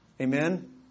Amen